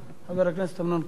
חבר הכנסת אמנון כהן.